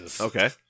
Okay